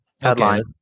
headline